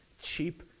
cheap